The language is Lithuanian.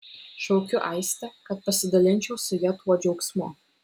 šaukiu aistę kad pasidalinčiau su ja tuo džiaugsmu